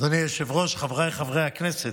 אדוני היושב-ראש, חבריי חברי הכנסת,